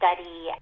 study